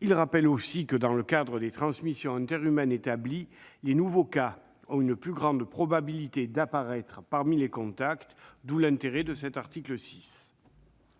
Il rappelle également que, dans le cadre des transmissions interhumaines établies, « les nouveaux cas ont une plus grande probabilité d'apparaître parmi les contacts », d'où l'intérêt de l'article 6.